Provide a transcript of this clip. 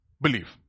believe